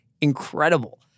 incredible